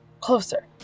closer